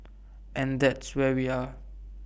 and that's where we are